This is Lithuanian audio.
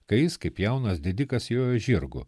kai jis kaip jaunas didikas jojo žirgu